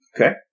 Okay